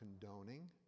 condoning